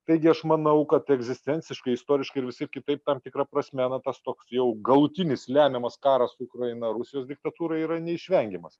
taigi aš manau kad egzistenciškai istoriškai ir visaip kitaip tam tikra prasme na tas toks jau galutinis lemiamas karas su ukraina rusijos diktatūrai yra neišvengiamas